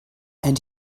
and